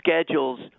schedules